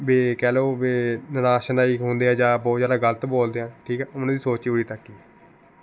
ਵੀ ਕਹਿ ਲਉ ਵੀ ਨਿਰਾਸ਼ਨਾਈ ਹੁੰਦੇ ਹੈ ਜਾਂ ਬਹੁਤ ਜ਼ਿਆਦਾ ਗਲਤ ਬੋਲਦੇ ਹੈ ਠੀਕ ਹੈ ਉਨ੍ਹਾਂ ਦੀ ਸੋਚ ਹੀ ਉਰੀ ਤੱਕ ਹੀ ਆ